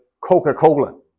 Coca-Cola